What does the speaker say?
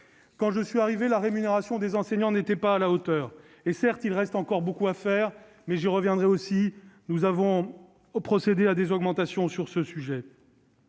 Quand je suis arrivé, la rémunération des enseignants n'était pas à la hauteur. Certes, il reste encore beaucoup à faire, j'y reviendrai, mais nous avons procédé à des augmentations. Il ne s'agit